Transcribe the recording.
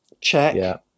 check